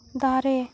ᱫᱟᱨᱮ